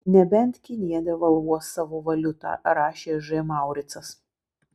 nebent kinija devalvuos savo valiutą rašė ž mauricas